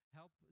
help